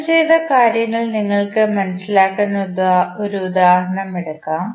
ചർച്ച ചെയ്ത കാര്യങ്ങൾ നിങ്ങൾക്ക് മനസിലാക്കാൻ ഒരു ഉദാഹരണം എടുക്കാം